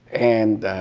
and